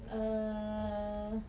err